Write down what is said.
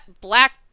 black